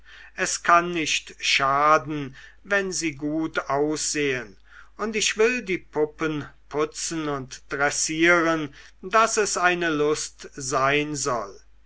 es kann nicht schaden wenn sie gut aussehen und ich will die puppen putzen und dressieren daß es eine lust sein soll